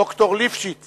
ד"ר ליפשיץ